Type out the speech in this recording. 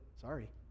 sorry